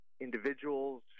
individuals